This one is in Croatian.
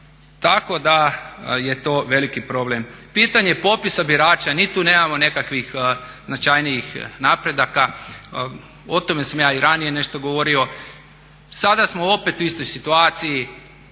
Tako da je to veliki problem. Pitanje popisa birača, ni tu nemamo nekakvih značajnijih napredaka. O tome sam ja i ranije nešto govorio. Sada smo opet u istoj situaciji,